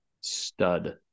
Stud